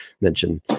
mention